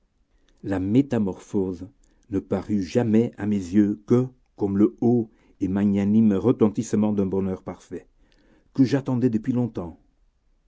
la métamorphose ne parut jamais à mes yeux que comme le haut et magnanime retentissement d'un bonheur parfait que j'attendais depuis longtemps